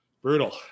Brutal